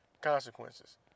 consequences